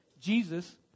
Jesus